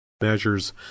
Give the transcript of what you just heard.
measures